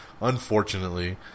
Unfortunately